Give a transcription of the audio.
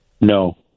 No